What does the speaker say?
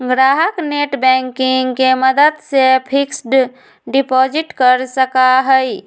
ग्राहक नेटबैंकिंग के मदद से फिक्स्ड डिपाजिट कर सका हई